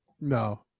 No